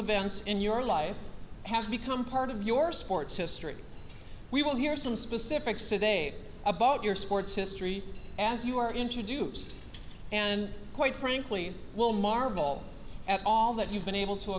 events in your life have become part of your sports history we will hear some specifics today about your sports history as you are introduced and quite frankly will marvel at all that you've been able to